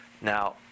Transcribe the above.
Now